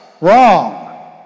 wrong